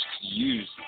use